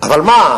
אבל מה?